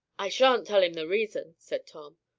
i shan't tell him the reason, said tom.